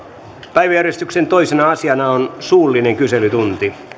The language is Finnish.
päiväjärjestyksen toisena asiana on suullinen kyselytunti